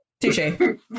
touche